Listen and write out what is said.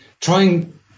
trying